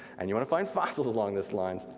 and you wanna find fossils along those lines,